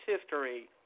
history